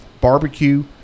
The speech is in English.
Barbecue